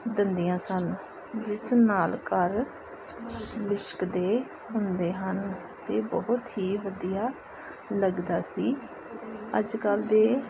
ਦਿੰਦੀਆਂ ਸਨ ਜਿਸ ਨਾਲ ਘਰ ਲਿਸ਼ਕਦੇ ਹੁੰਦੇ ਹਨ ਅਤੇ ਬਹੁਤ ਹੀ ਵਧੀਆ ਲੱਗਦਾ ਸੀ ਅੱਜ ਕੱਲ੍ਹ ਦੇ